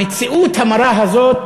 המציאות המרה הזאת